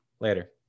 Later